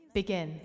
Begin